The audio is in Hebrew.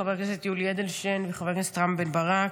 חבר הכנסת יולי אדלשטיין וחבר הכנסת רם בן ברק,